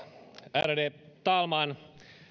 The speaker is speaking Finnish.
ärade talman